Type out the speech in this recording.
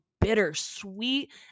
bittersweet